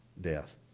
death